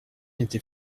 était